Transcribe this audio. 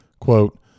Quote